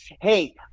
Hey